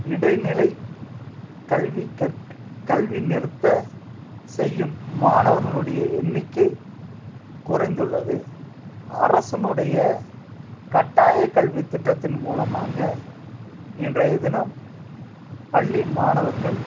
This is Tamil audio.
இடைநிலை கல்வி கற்க கல்வி நிறுத்த செய்யும் மாணவர்களுடைய எண்ணிக்கை குறைந்துள்ளது அரசுனுடைய கட்டாய கல்வி திட்டத்தின் மூலமாக இன்றைய தினம் பள்ளி மாணவர்கள்